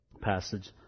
passage